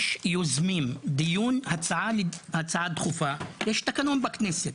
יש יוזמים של הדיון להצעה דחופה ויש תקנון בכנסת.